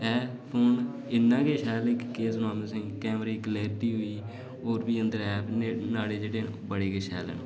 एह् फोन इन्ना गै शैल नी केह् सनां तुसें गी कैमरे दी कलैरिटी बी होई होर बी अंदर ऐप न न्हाड़े जेह्ड़े न बड़े गै शैल न